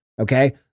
Okay